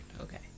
Okay